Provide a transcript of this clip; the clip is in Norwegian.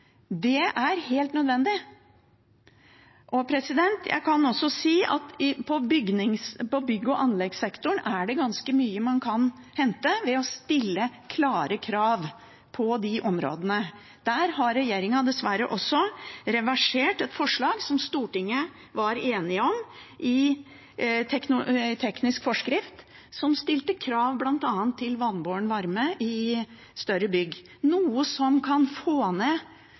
Det er helt nødvendig. Også i bygg- og anleggssektoren er det ganske mye å hente ved å stille klare krav på disse områdene. Der har regjeringen dessverre reversert et forslag i teknisk forskrift som Stortinget var enige om, og som stilte krav til bl.a. vannbåren varme i større bygg, noe som kan få ned